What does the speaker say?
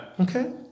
Okay